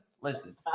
listen